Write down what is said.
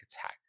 attack